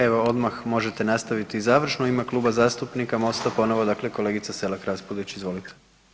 Evo, odmah možete nastaviti i završno u ime Kluba zastupnika Mosta, ponovo dakle kolegica Selak Raspudić, izvolite.